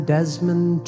Desmond